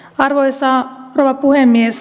arvoisa rouva puhemies